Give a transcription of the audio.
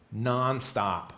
nonstop